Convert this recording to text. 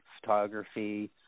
photography